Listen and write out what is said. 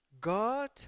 God